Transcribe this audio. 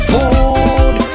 Food